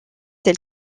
tel